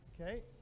Okay